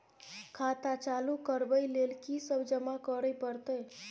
खाता चालू करबै लेल की सब जमा करै परतै?